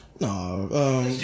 No